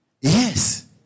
Yes